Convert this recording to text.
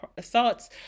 thoughts